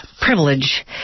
privilege